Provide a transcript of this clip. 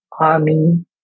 army